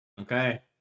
Okay